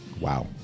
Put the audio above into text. Wow